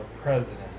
president